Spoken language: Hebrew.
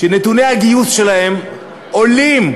שנתוני הגיוס שלהם עולים,